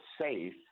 safe